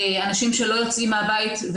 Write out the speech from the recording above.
אנשים שלא יוצאים מהבית,